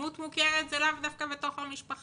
דמות מוכרת זה לאו דווקא בתוך המשפחה.